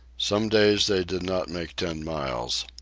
some days they did not make ten miles.